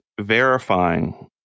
verifying